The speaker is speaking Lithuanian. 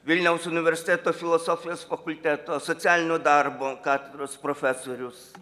vilniaus universiteto filosofijos fakulteto socialinio darbo katedros profesorius